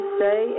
say